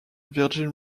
virgin